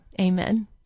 amen